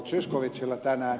zyskowiczillä tänään